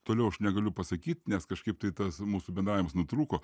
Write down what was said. toliau aš negaliu pasakyt nes kažkaip tai tas mūsų bendravimas nutrūko